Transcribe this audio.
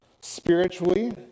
Spiritually